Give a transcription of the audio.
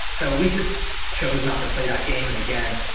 so we just chose not to play that game. and again,